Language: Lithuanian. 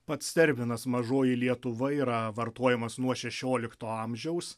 pats terminas mažoji lietuva yra vartojamas nuo šešiolikto amžiaus